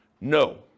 No